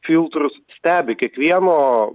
filtrus stebi kiekvieno